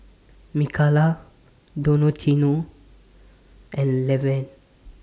Mikala Donaciano and Levern